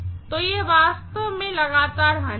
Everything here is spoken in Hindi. तो यह वास्तव में लगातार हानि है